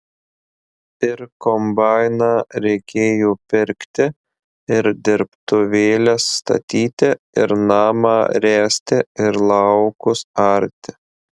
ir kombainą reikėjo pirkti ir dirbtuvėles statyti ir namą ręsti ir laukus arti